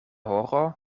horo